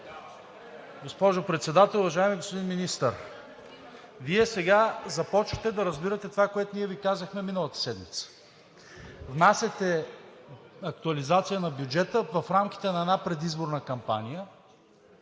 Госпожо Председател, уважаеми господин Министър! Вие сега започвате да разбирате това, което ние Ви казахме миналата седмица. Внасяте актуализация на бюджета в рамките на една предизборна кампания,